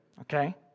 okay